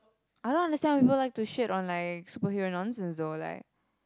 I don't understand why people like to shade on like superhero nonsense though like